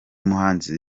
muhanzi